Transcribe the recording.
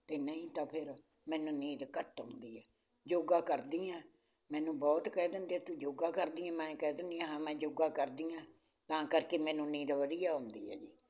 ਅਤੇ ਨਹੀਂ ਤਾਂ ਫੇਰ ਮੈਨੂੰ ਨੀਂਦ ਘੱਟ ਆਉਂਦੀ ਹੈ ਯੋਗਾ ਕਰਦੀ ਹਾਂ ਮੈਨੂੰ ਬਹੁਤ ਕਹਿ ਦਿੰਦੇ ਹੈ ਤੂੰ ਯੋਗਾ ਕਰਦੀ ਹੈ ਮੈਂ ਕਹਿ ਦਿੰਦੀ ਹਾਂ ਹਾਂ ਮੈਂ ਯੋਗਾ ਕਰਦੀ ਹਾਂ ਤਾਂ ਕਰਕੇ ਮੈਨੂੰ ਨੀਂਦ ਵਧੀਆ ਆਉਂਦੀ ਹੈ ਜੀ